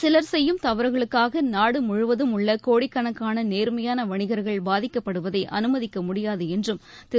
சிவர் செய்யும் தவறுகளுக்காக நாடுமுழுவதும் உள்ள கோடிக்கணக்கான நேர்மையான வணிகர்கள் பாதிக்கப்படுவதை அனுமதிக்கமுடியாது என்றும் திரு